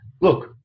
look